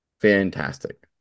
Fantastic